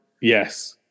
Yes